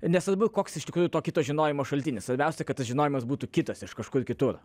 nesvarbu koks iš tikrųjų to kito žinojimo šaltinis svarbiausia kad tas žinojimas būtų kitas iš kažkur kitur